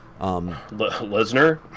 Lesnar